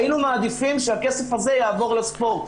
היינו מעדיפים שהכסף הזה יעבור לספורט,